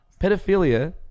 Pedophilia